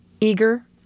eager